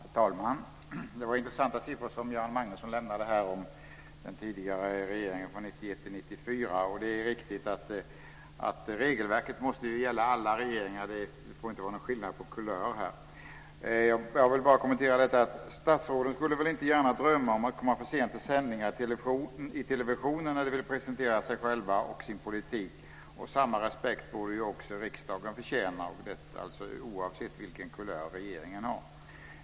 Herr talman! Det var intressanta siffror som Göran 1991 till 1994. Det är riktigt att regelverket måste gälla alla regeringar. Det får inte vara någon skillnad beroende på kulör. Jag skulle bara vilja göra kommentaren att statsråden väl inte gärna skulle drömma om att komma för sent till sändningar i televisionen när de vill presentera sig själva och sin politik. Samma respekt borde riksdagen förtjäna oavsett vilken kulör regeringen har.